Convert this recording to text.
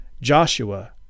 Joshua